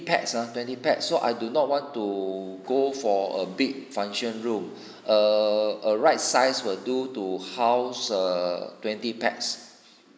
pax ah twenty pax so I do not want to go for a big function room err a right size will do to house err twenty pax